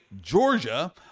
Georgia